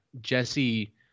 Jesse